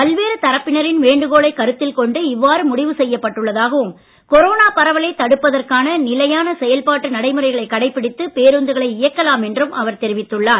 பல்வேறு தரப்பினரின் வேண்டுகோளை கருத்தில் கொண்டு இவ்வாறு முடிவு செய்யப்பட்டுள்ளதாகவும் கொரோனா பரவலை தடுப்பதற்கான நிலையான செயல்பாட்டு நடைமுறைகளை கடைபிடித்து பேருந்துகளை இயக்கலாம் என்றும் அவர் தெரிவித்துள்ளார்